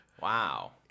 Wow